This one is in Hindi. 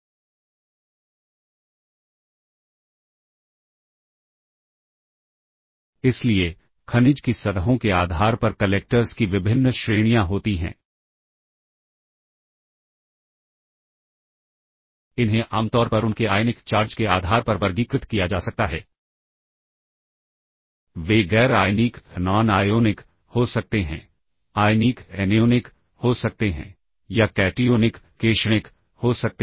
सब रूटीन एक इंस्ट्रक्शंस का ग्रुप होता है जिसे हम अलग अलग लोकेशंस पर बार बार इस्तेमाल करते हैं तो बजाय इसके कि हम एक ही इंस्ट्रक्शन को बार बार इस्तेमाल करें हम उन्हें एक ग्रुप में जिसे सब रूटीन कहा जाता है अलग अलग लोकेशन के लिए डाल देते हैं